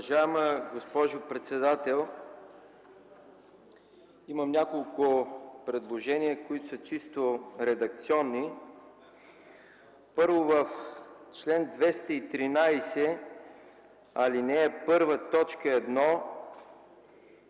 Уважаема госпожо председател, имам няколко предложения, които са чисто редакционни. Първо, в чл. 213, ал. 1, т. 1 думите „и на